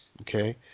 okay